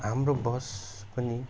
हाम्रो बस पनि